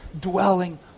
Dwelling